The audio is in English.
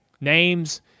names